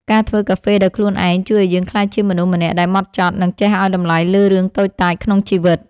ការធ្វើកាហ្វេដោយខ្លួនឯងជួយឱ្យយើងក្លាយជាមនុស្សម្នាក់ដែលហ្មត់ចត់ និងចេះឱ្យតម្លៃលើរឿងតូចតាចក្នុងជីវិត។